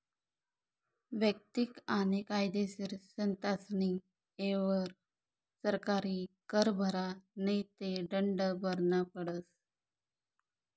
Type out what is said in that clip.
वैयक्तिक आणि कायदेशीर संस्थास्नी येयवर सरकारी कर भरा नै ते दंड भरना पडस